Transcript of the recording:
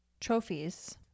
trophies